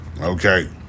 Okay